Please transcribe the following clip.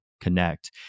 connect